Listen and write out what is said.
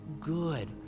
good